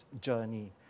journey